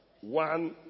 One